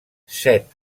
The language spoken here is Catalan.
set